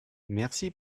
merci